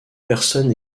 personnes